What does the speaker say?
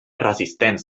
resistents